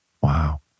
Wow